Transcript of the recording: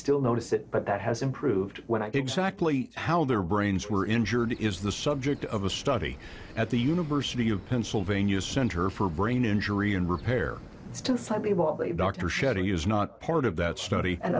still notice it but that has improved when i did exactly how their brains were injured is the subject of a study at the university of pennsylvania's center for brain injury and repair dr shetty is not part of that study a